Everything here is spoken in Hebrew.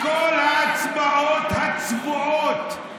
בכל ההצבעות הצבועות,